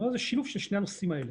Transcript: זה שילוב של שני הנושאים האלה.